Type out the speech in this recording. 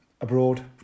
Abroad